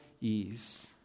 ease